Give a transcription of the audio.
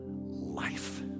life